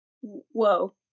whoa